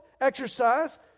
exercise